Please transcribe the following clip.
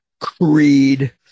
Creed